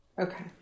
Okay